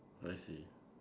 I see